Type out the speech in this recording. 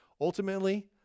Ultimately